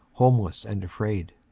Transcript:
homeless and afraid.